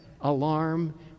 alarm